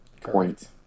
point